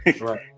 Right